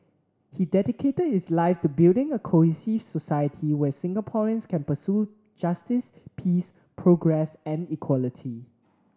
he dedicated his life to building a cohesive society where Singaporeans can pursue justice peace progress and equality